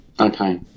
Okay